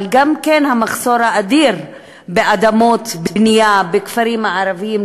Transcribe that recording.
אבל גם המחסור האדיר באדמות בנייה בכפרים הערביים,